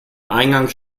eingangs